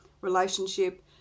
Relationship